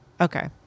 Okay